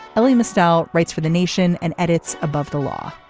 l a. missed out rates for the nation and edits above the law.